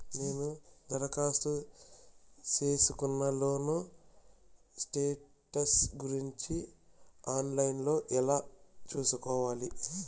నేను దరఖాస్తు సేసుకున్న లోను స్టేటస్ గురించి ఆన్ లైను లో ఎలా సూసుకోవాలి?